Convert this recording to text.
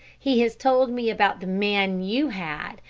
he has told me about the man you had,